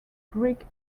greek